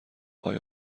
آیا